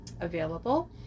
available